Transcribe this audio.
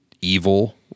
evil